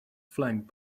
flanked